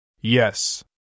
Yes